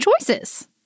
choices